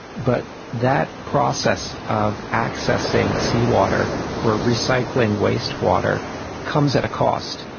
but that process of accessing seawater or recycling waste water comes at a cost.